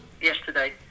yesterday